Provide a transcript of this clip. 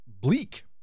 bleak